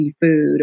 food